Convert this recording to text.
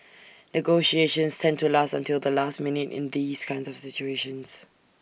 negotiations tend to last until the last minute in these kind of situations